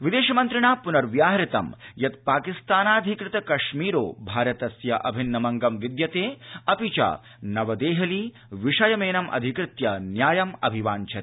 विदेश मन्त्रिणा पुनर्व्याहतं यत् पाकिस्ताधिकृत कश्मीरो भारतस्य अभिन्नमङ्गं विद्यते अपि च नवदेहली विषयमेनमधिकृत्य न्यायम् अभिवाञ्छति